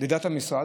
לדעת המשרד,